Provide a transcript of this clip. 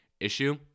issue